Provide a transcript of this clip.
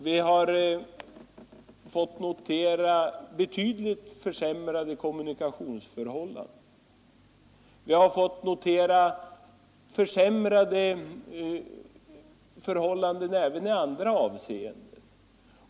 Vi har fått betydligt försämrade kommunikationer och försämrade förhållanden även i andra avseenden.